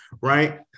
right